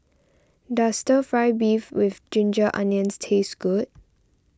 does Stir Fry Beef with Ginger Onions taste good